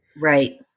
Right